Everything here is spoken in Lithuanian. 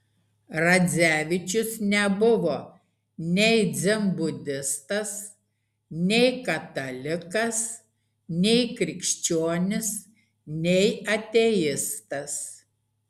radzevičius nebuvo nei dzenbudistas nei katalikas nei krikščionis nei ateistas